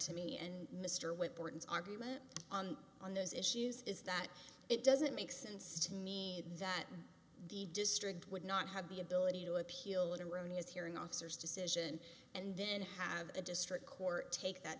morton's argument on on those issues is that it doesn't make sense to me that the district would not have the ability to appeal to rooney's hearing officers decision and then have the district court take that